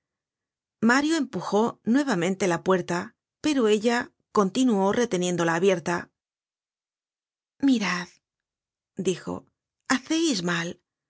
mario empujó nuevamente la puerta pero ella continuó reteniéndola abierta mirad dijo haceis mal